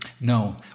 No